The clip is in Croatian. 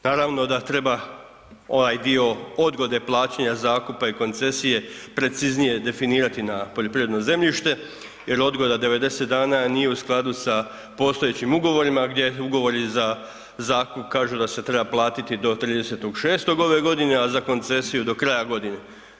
Naravno da treba ovaj dio odgode plaćanja zakupa i koncesije preciznije definirati na poljoprivredno zemljište jer odgoda 90 dana nije u skladu sa postojećim ugovorima gdje ugovori za zakup kažu da se treba platiti do 30.6. ove godine, a za koncesiju do kraja godine.